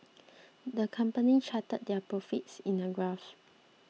the company charted their profits in a graph